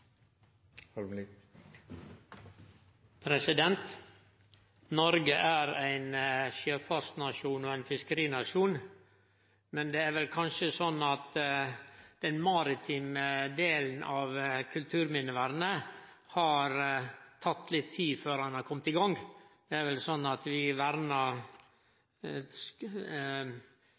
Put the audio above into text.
Folkeparti. Noreg er ein sjøfartsnasjon og ein fiskerinasjon, men det er vel kanskje sånn at den maritime delen av kulturminnevernet har ein brukt litt tid på å kome i gang med. Vi